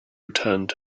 returned